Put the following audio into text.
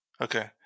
Okay